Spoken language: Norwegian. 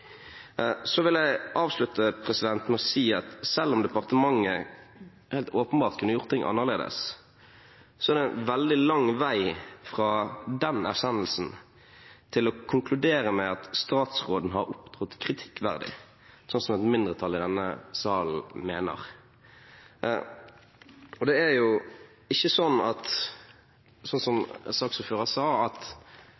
Så vil jeg avslutte med å si at selv om departementet helt åpenbart kunne gjort ting annerledes, er det veldig lang vei fra den erkjennelsen til å konkludere med at statsråden har opptrådt kritikkverdig, som et mindretall i denne salen mener. Og det er jo ikke sånn som saksordføreren sa, at